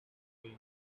again